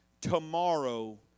Tomorrow